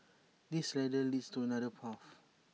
this ladder leads to another path